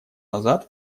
назад